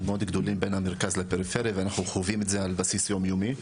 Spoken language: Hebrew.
גדולים בין המרכז לפריפריה ואנחנו חווים את זה על בסיס יום-יומי.